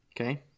okay